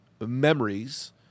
memories